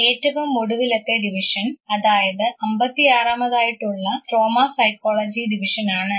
ഏറ്റവുമൊടുവിലത്തെ division അതായത് അമ്പത്തിയാറാമതായിട്ടുള്ള trauma psychology ഡിവിഷനാണ്